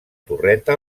torreta